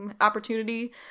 opportunity